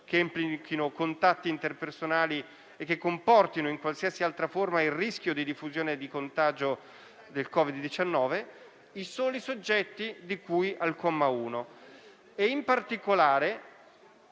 che implichino contatti personali o che comportino in qualsiasi altra forma il rischio di diffusione di contagio da Covid-19, i soli soggetti di cui al comma 1. In particolare,